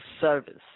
service